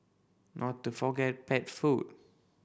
not to forget pet food